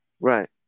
Right